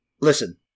listen